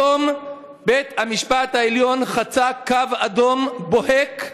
היום בית-המשפט העליון חצה קו אדום בוהק,